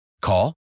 Call